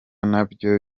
nabyo